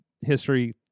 History